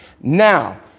Now